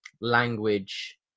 language